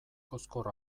kozkor